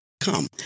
come